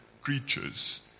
creatures